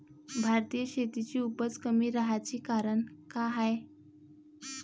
भारतीय शेतीची उपज कमी राहाची कारन का हाय?